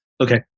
Okay